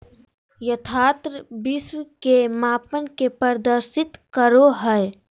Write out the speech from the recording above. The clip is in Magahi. यथार्थ विश्व के मापन के प्रदर्शित करो हइ